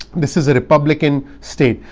this is a republican state.